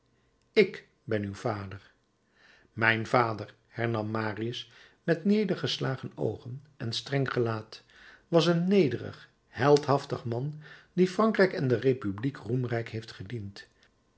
ik ben uw vader mijn vader hernam marius met nedergeslagen oogen en streng gelaat was een nederig heldhaftig man die frankrijk en de republiek roemrijk heeft gediend